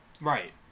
Right